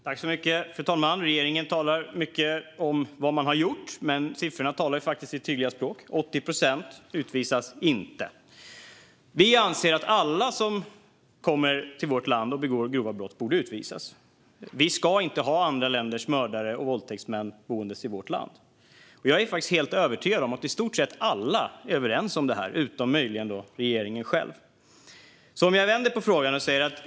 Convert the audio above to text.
Fru talman! Regeringen talar mycket om vad man har gjort, men siffrorna talar faktiskt sitt tydliga språk. 80 procent utvisas inte. Vi anser att alla som kommer till vårt land och begår grova brott borde utvisas. Vi ska inte ha andra länders mördare och våldtäktsmän boende i vårt land. Jag är faktiskt helt övertygad om att i stort sett alla är överens om detta, utom möjligen regeringen själv. Låt mig vända på frågan.